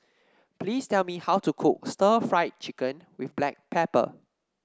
please tell me how to cook Stir Fried Chicken with Black Pepper